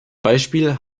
beispiel